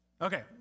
Okay